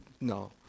No